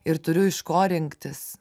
ir turiu iš ko rinktis